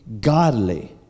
godly